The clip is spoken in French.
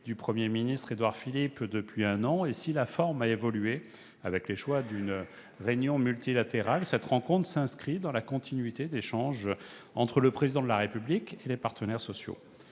du Premier ministre Édouard Philippe, depuis un an. Et si la forme a évolué, avec le choix d'une réunion multilatérale, cette rencontre s'inscrit dans la continuité des échanges entre le Président de la République et les partenaires sociaux.